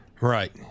right